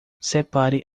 separe